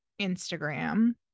instagram